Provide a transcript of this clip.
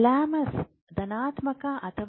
thalamus ಧನಾತ್ಮಕ ಅಥವಾ